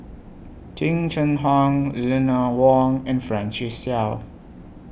Jing Jun Hong Eleanor Wong and Francis Seow